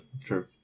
True